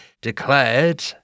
declared